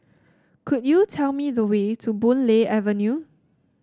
could you tell me the way to Boon Lay Avenue